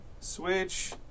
Switch